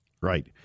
Right